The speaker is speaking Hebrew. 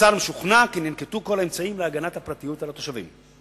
והשר משוכנע כי ננקטו כל האמצעים להגנת הפרטיות של התושבים.